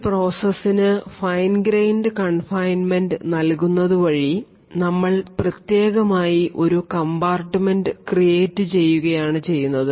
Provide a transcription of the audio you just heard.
ഒരു പ്രോസസ്സിന് fine grained confinement നൽകുന്നതുവഴി നമ്മൾ പ്രത്യേകമായി ഒരു കമ്പാർട്ട്മെൻറ് ക്രിയേറ്റ് ചെയ്യുകയാണ് ചെയ്യുന്നത്